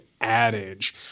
adage